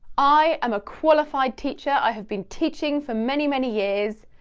i am a qualified teacher, i have been teaching for many, many years,